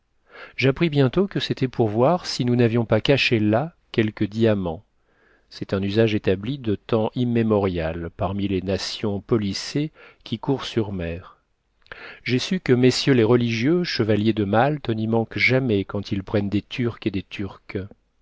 j'appris bientôt que c'était pour voir si nous n'avions pas caché là quelques diamants c'est un usage établi de temps immémorial parmi les nations policées qui courent sur mer j'ai su que messieurs les religieux chevaliers de malte n'y manquent jamais quand ils prennent des turcs et des turques